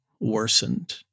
worsened